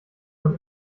man